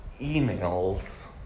emails